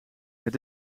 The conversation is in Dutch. het